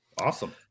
Awesome